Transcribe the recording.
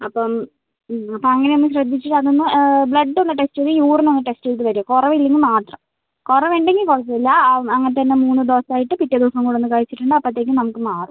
അപ്പം അപ്പം അങ്ങനെയൊന്ന് ശ്രദ്ധിച്ച് അതൊന്ന് ബ്ലഡ് ഒന്ന് ടെസ്റ്റ് ചെയ്ത് യൂറിൻ ഒന്ന് ടെസ്റ്റ് ചെയ്ത് വരൂ കുറവില്ലെങ്കിൽ മാത്രം കുറവുണ്ടെങ്കിൽ കുഴപ്പമില്ല അങ്ങനെ തന്നെ മൂന്ന് ഡോസ് ആയിട്ട് പിറ്റേ ദിവസം കൂടെ ഒന്ന് കഴിച്ചിട്ടുണ്ടെങ്കിൽ അപ്പോഴത്തേക്കും നമുക്ക് മാറും